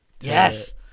Yes